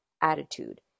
attitude